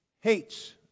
hates